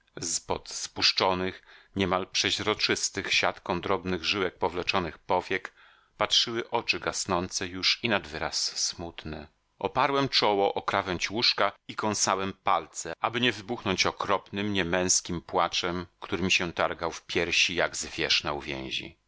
z pod spuszczonych niemal przeźroczystych siatką drobnych żyłek powleczonych powiek patrzyły oczy gasnące już i nad wyraz smutne oparłem czoło o krawędź łóżka i kąsałem palce aby nie wybuchnąć okropnym niemęskim płaczem który mi się targał w piersi jak zwierz na uwięzi